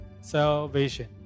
salvation